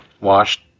washed